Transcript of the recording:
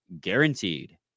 guaranteed